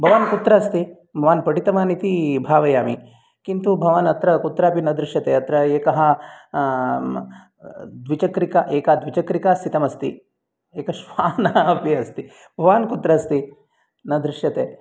भवान् कुत्र अस्ति भवान् पठितवान् इति भावयामि किन्तु भवान् अत्र कुत्रापि न दृश्यते अत्र एकः द्विचक्रिका एका द्विचक्रिका स्थितम् अस्ति एकः श्वानः अपि अस्ति भवान् कुत्र अस्ति न दृश्यते